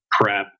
prep